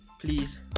please